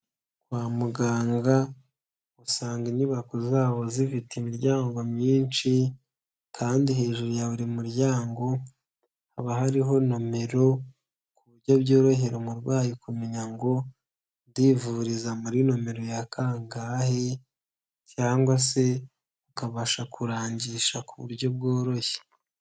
Kwa muganga, usanga inyubako zabo zifite imiryango myinshi, kandi hejuru ya buri muryango, haba hariho nomero, ku buryo byorohera umurwayi kumenya ngo, ndivuriza muri nomero ya kangahe, cyangwa se akabasha kurangisha ku buryo bworoshye.